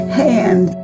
hand